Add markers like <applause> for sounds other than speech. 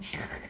<laughs>